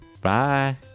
Bye